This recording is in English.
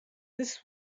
this